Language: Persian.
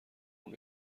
خون